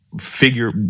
figure